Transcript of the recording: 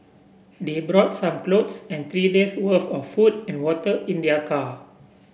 they brought some clothes and three days' worth of food and water in their car